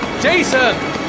Jason